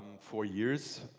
four years.